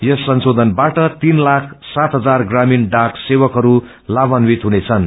यस संशोषनबाट तीन लाख सात हजार ग्रामीण डाक सेवकहरू लाभान्वित हुनेछन्